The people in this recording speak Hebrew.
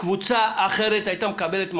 קבוצה אחרת הייתה מקבלת מענה.